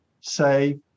say